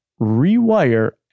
Rewire